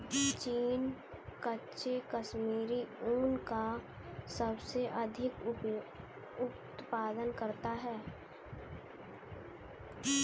चीन कच्चे कश्मीरी ऊन का सबसे अधिक उत्पादन करता है